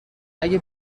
اگه